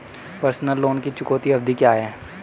Personal loan की चुकौती अवधि क्या है?